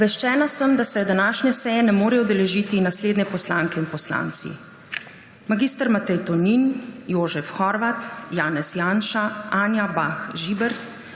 Obveščena sem, da se današnje seje ne morejo udeležiti naslednji poslanke in poslanci: mag. Matej Tonin, Jožef Horvat, Janez Janša, Anja Bah Žibert,